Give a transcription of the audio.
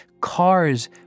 cars